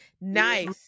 Nice